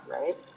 right